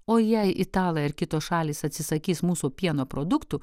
o jei italai ar kitos šalys atsisakys mūsų pieno produktų